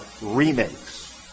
remakes